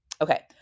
Okay